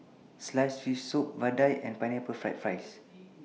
Sliced Fish Soup Vadai and Pineapple Fried Rice